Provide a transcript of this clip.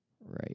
Right